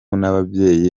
n’ababyeyi